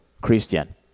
Christian